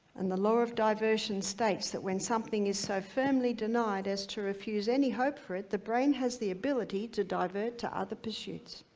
and the law of diversion states that when something is so firmly denied as to refuse any hope for it the brain has the ability to divert to other pursuits.